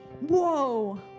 Whoa